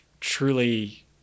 truly